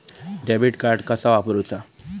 Debit card कसा वापरुचा?